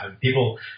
People